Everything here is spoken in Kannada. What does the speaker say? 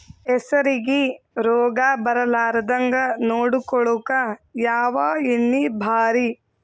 ಹೆಸರಿಗಿ ರೋಗ ಬರಲಾರದಂಗ ನೊಡಕೊಳುಕ ಯಾವ ಎಣ್ಣಿ ಭಾರಿ?